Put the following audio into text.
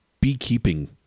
beekeeping